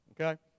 Okay